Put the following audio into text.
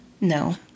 No